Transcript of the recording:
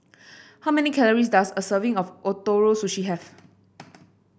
how many calories does a serving of Ootoro Sushi have